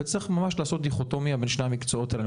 צריך ממש לעשות דיכוטומיה בין שני המקצועות האלה.